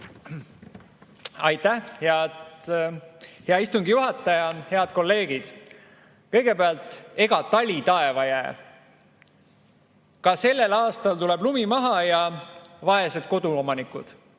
Aitäh, hea istungi juhataja! Head kolleegid! Kõigepealt, ega tali taeva jää. Ka sellel aastal tuleb lumi maha ja vaesed koduomanikud